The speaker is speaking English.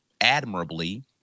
admirably